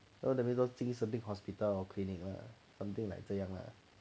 so 那个叫精神病 hospital or clinic lah something like 这样 lah